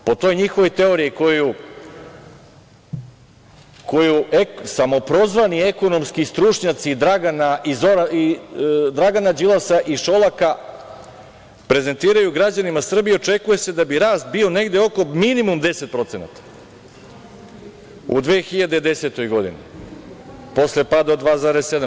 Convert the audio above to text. Po toj njihovoj teoriji, koju samoprozvani ekonomski stručnjaci Dragana Đilasa i Šolaka prezentiraju građanima Srbije, očekuje se da bi rast bio oko minimum 10% u 2010. godini, posle pada od 2,7%